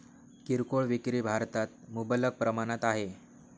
किरकोळ विक्री भारतात मुबलक प्रमाणात आहे